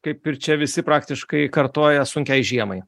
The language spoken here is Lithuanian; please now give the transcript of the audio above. kaip ir čia visi praktiškai kartoja sunkiai žiemai